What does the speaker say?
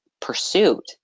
pursuit